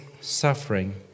suffering